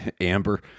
Amber